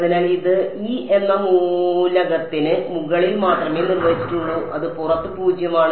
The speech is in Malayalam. അതിനാൽ ഇത് e എന്ന മൂലകത്തിന് മുകളിൽ മാത്രമേ നിർവചിച്ചിട്ടുള്ളൂ അത് പുറത്ത് പൂജ്യമാണ്